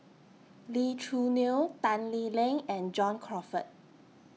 Lee Choo Neo Tan Lee Leng and John Crawfurd